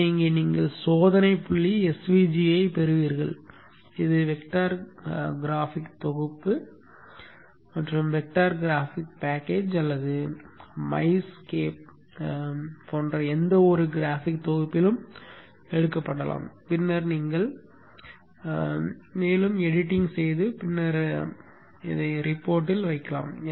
எனவே இங்கே நீங்கள் சோதனை புள்ளி svg ஐப் பெறுவீர்கள் இது வெக்டர் கிராஃபிக் தொகுப்பு போன்ற வெக்டர் கிராஃபிக் பேக்கேஜ் அல்லது மை ஸ்கேப் போன்ற எந்த ஒரு கிராஃபிக் தொகுப்பிலும் எடுக்கப்படலாம் பின்னர் நீங்கள் மேலும் எடிட்டிங் செய்து பின்னர் ஆவணத்தில் வைக்கலாம்